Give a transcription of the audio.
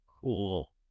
cool